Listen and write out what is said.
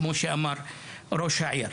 כמו שאמר ראש העיר.